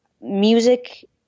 Music